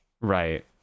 Right